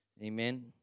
Amen